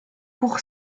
pour